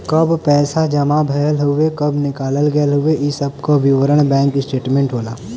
कब पैसा जमा भयल हउवे कब निकाल गयल हउवे इ सब विवरण बैंक स्टेटमेंट होला